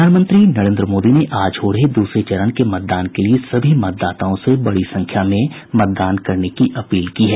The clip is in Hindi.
प्रधानमंत्री नरेन्द्र मोदी ने आज हो रहे दूसरे चरण के मतदान के लिए सभी मतदाताओं से बड़ी संख्या में मतदान करने की अपील की है